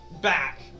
back